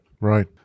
right